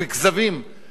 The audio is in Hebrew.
של אבטלה שיורדת.